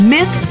Myth